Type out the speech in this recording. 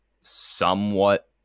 somewhat